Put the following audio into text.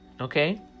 Okay